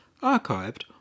archived